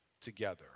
together